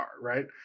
right